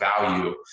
value